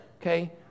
okay